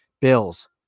Bills